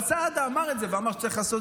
אני לא מכירה את המילה "הכלה".